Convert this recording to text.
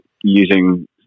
using